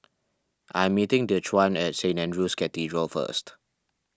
I am meeting Dequan at Saint andrew's Cathedral first